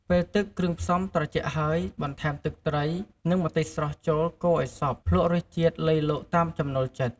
ពេលទឹកគ្រឿងផ្សំត្រជាក់ហើយ បន្ថែមទឹកត្រី និងម្ទេសស្រស់ ចូល កូរឲ្យសព្វ ភ្លក់រសជាតិលៃលកតាមចំណូលចិត្ត។